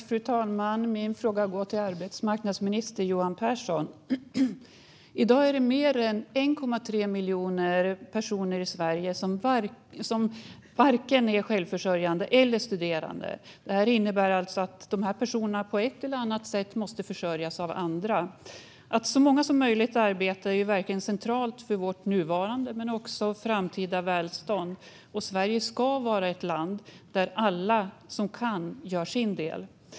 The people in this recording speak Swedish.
Fru talman! Min fråga går till arbetsmarknadsminister Johan Pehrson. I dag är det mer än 1,3 miljoner personer i Sverige som varken är självförsörjande eller studerande. Det innebär att dessa personer på ett eller annat sätt måste försörjas av andra. Att så många som möjligt arbetar är verkligen centralt för både vårt nuvarande och vårt framtida välstånd. Sverige ska vara ett land där alla som kan gör sin del.